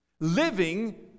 Living